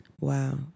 Wow